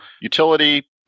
utility